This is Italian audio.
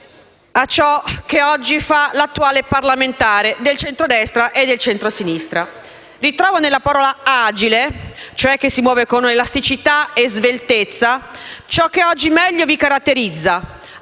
a ciò che oggi fa l'attuale parlamentare del centro destra e del centro sinistra! Ritrova nella parola agile (cioè che si muove con elasticità e sveltezza), ciò che oggi meglio vi caratterizza!